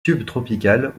subtropicales